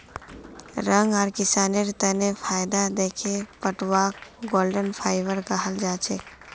रंग आर किसानेर तने फायदा दखे पटवाक गोल्डन फाइवर कहाल जाछेक